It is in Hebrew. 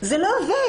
זה לא עובד.